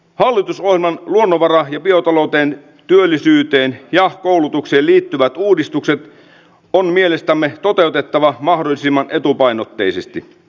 hallitusohjelman luonnonvara ja biotalouteen työllisyyteen ja koulutukseen liittyvät uudistukset on mielestämme toteutettava mahdollisimman etupainotteisesti